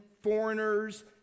foreigners